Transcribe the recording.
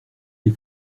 les